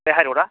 बे हाइरडआ